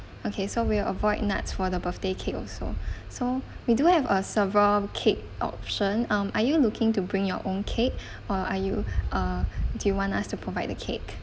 okay so we'll avoid nuts for the birthday cake also so we do have uh several cake option um are you looking to bring your own cake or are you uh do you want us to provide the cake